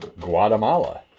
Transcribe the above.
Guatemala